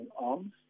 arms